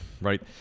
right